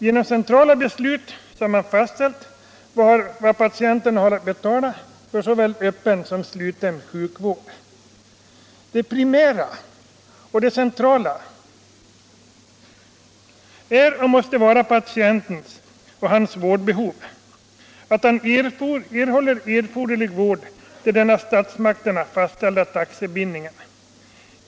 Genom centrala beslut har fastställts vad patienterna har att betala för såväl öppen som sluten sjukvård. Det primära och centrala är och måste vara patienten och hans vårdbehov, att han erhåller erforderlig vård till den av statsmakterna fastställda taxebindningen.